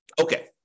Okay